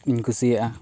ᱤᱧ ᱠᱩᱥᱤᱭᱟᱜᱼᱟ